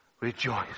rejoice